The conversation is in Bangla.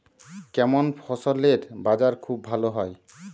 কেমন ফসলের বাজার খুব ভালো হয়?